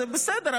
זה בסדר,